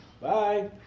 Bye